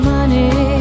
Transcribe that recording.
Money